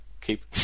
keep